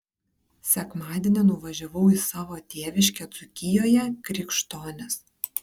sekmadienį nuvažiavau į savo tėviškę dzūkijoje krikštonis